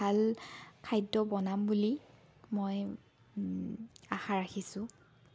ভাল খাদ্য বনাম বুলি মই আশা ৰাখিছোঁ